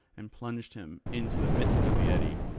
and plunged him into the midst of the eddy.